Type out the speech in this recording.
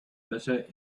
bitter